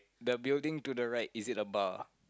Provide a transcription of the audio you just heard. the building to the right is it a bar